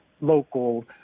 local